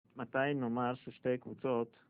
מתי נאמר ששתי קבוצות?